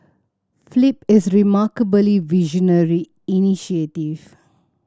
flip is remarkably visionary initiative